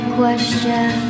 question